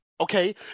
okay